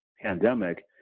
pandemic